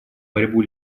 борьбу